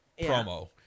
promo